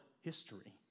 history